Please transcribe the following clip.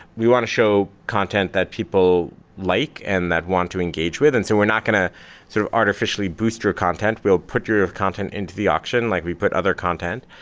we want to show content that people like and that want to engage with, and so we're not going to sort of artificially boost your content. we'll put your of content into the auction like we put other content,